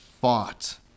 fought